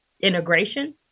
integration